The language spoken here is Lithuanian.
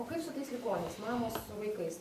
o kaip su tais ligoniais mamos su vaikais